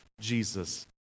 Jesus